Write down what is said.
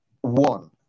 one